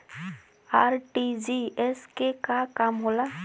RTGS के का काम होला?